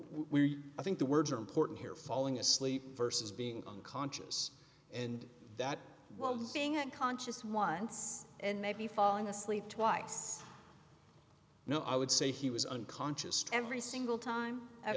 we think the words are important here falling asleep versus being unconscious and that while being unconscious once and maybe falling asleep twice now i would say he was unconscious every single time